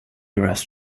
rest